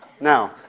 Now